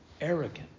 arrogant